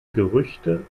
gerüchte